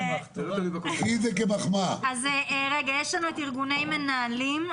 יש לנו את ארגוני המנהלים,